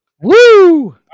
Woo